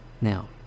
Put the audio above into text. Now